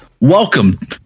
welcome